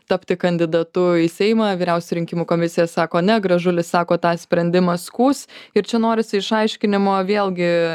tapti kandidatu į seimą vyriausioji rinkimų komisija sako ne gražulis sako tą sprendimą skųs ir čia norisi išaiškinimo vėlgi